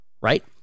right